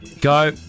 Go